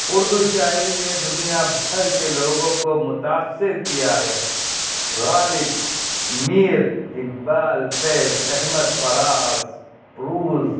اردو شاعری نے دنیا بھر کے لوگوں کو متاثر کیا ہے غالب میر اقبال فیض احمد فراز پروز